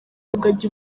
rugagi